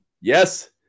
Yes